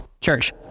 church